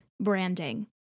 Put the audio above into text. Branding